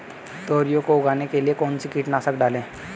तोरियां को उगाने के लिये कौन सी कीटनाशक डालें?